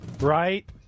Right